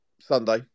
Sunday